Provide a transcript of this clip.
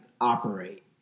operate